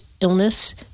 illness